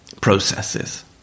processes